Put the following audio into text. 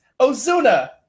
Ozuna